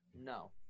no